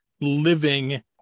living